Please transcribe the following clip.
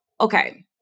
okay